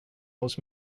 hos